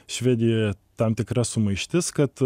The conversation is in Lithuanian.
švedijoje tam tikra sumaištis kad